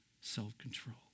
self-control